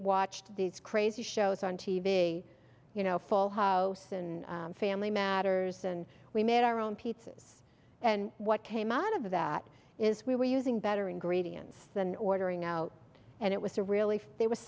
watched these crazy shows on t v you know full house and family matters and we made our own pizzas and what came out of that is we were using better ingredients than ordering out and it was a relief there was